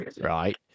right